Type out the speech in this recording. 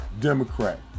Democrat